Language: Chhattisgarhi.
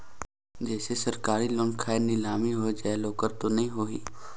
जैसे सरकारी लोन खाय मे नीलामी हो जायेल ओकर तो नइ होही?